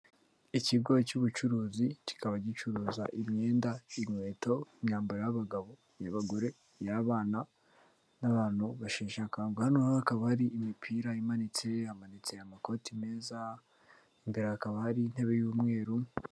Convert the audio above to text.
Ikigo cy'ubucuruzi kikaba gicuruza imyenda, inkweto, imyambaro y'abagabo, iy'abagore iy'abana n'abantu basheshe akanguhe, hano rero hakaba hari imipira imanitse, hamanitse amakoti meza, imbere hakaba hari intebe y'umweru.